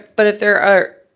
but if there are,